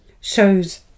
shows